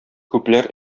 күпләр